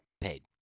Paid